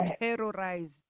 terrorized